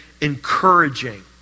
encouraging